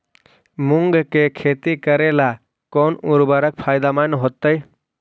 मुंग के खेती करेला कौन उर्वरक फायदेमंद होतइ?